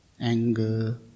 anger